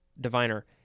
Diviner